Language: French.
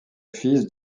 fils